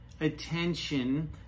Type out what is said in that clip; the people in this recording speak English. attention